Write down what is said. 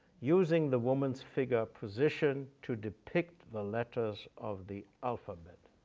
using the woman's figure position to depict the letters of the alphabet.